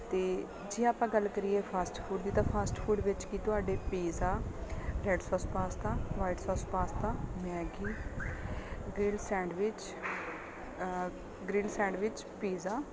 ਅਤੇ ਜੇ ਆਪਾਂ ਗੱਲ ਕਰੀਏ ਫਾਸਟ ਫੂਡ ਦੀ ਤਾਂ ਫਾਸਟ ਫੂਡ ਵਿੱਚ ਕਿ ਤੁਹਾਡੇ ਪੀਜ਼ਾਂ red sauce pasta white sauce pasta Maggi grilled sandwich grilled sandwich pizza